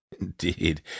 Indeed